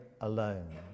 alone